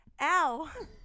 ow